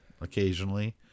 occasionally